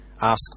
ask